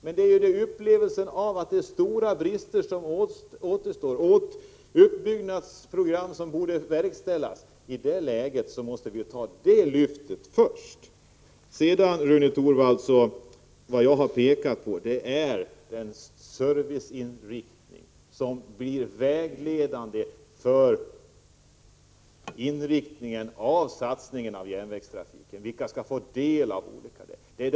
Men det återstår stora brister att åtgärda, och man borde genomföra ett uppbyggnadsprogram, och det är ett sådant lyft som måste genomföras i första hand. Vad jag vidare har velat framhålla, Rune Torwald, är en serviceinriktning, som bör bli vägledande för satsningen på järnvägstrafiken. Det viktiga är vilka som skall få del av denna.